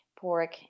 pork